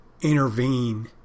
intervene